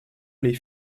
les